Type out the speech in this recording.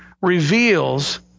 reveals